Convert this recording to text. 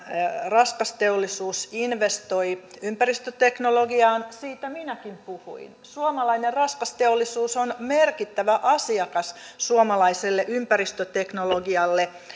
raskas teollisuus investoi ympäristöteknologiaan siitä minäkin puhuin suomalainen raskas teollisuus on merkittävä asiakas suomalaiselle ympäristöteknologialle